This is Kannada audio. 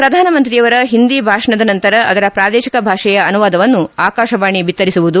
ಪ್ರಧಾನಮಂತ್ರಿಯವರ ಹಿಂದಿ ಭಾಷಣದ ನಂತರ ಅದರ ಪ್ರಾದೇಶಿಕ ಭಾಷೆಯ ಅನುವಾದವನ್ನು ಆಕಾಶವಾಣಿ ಬಿತ್ತರಿಸುವುದು